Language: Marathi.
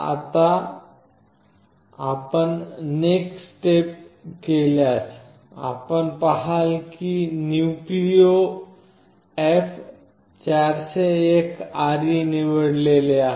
आता एकदा आपण नेक्स्ट स्टेप केल्यास आपण पहाल की NucleoF401RE निवडलेले आहे